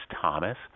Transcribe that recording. Thomas